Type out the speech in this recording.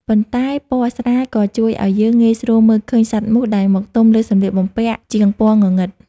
ប៉ុន្តែពណ៌ស្រាលក៏ជួយឱ្យយើងងាយស្រួលមើលឃើញសត្វមូសដែលមកទុំលើសម្លៀកបំពាក់ជាងពណ៌ងងឹត។